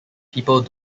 people